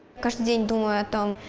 because you didn't do ah it um